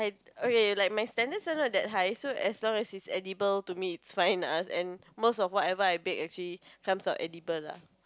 okay like my standards are not that high so as long as it's edible to me it's fine lah and most of whatever I baked actually is some sort edible lah